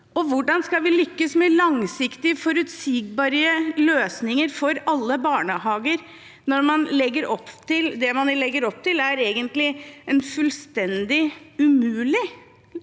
Og hvordan skal vi lykkes med langsiktige, forutsigbare løsninger for alle barnehager når det man legger opp til, egentlig er en fullstendig umulig